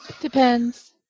Depends